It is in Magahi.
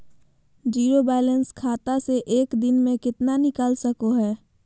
जीरो बायलैंस खाता से एक दिन में कितना निकाल सको है?